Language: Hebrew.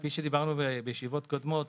כפי שאמרנו בישיבות קודמות,